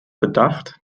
bedacht